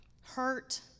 hurt